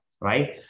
right